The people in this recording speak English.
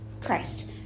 Christ